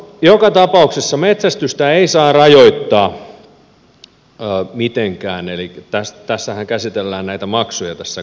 joka tapauksessa metsästystä ei saa rajoittaa mitenkään elikkä tässähän käsitellään näitä maksuja tässä kohdassa